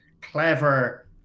clever